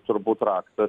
turbūt raktas